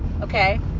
okay